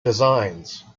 designs